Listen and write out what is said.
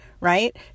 right